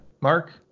Mark